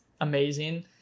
amazing